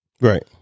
Right